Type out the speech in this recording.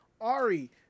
Ari